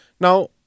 Now